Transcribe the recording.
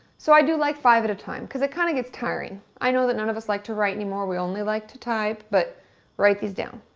so, i do, like, five at a time because it kind of gets tiring. i know that none of us likes like to write anymore, we only like to type but write these down.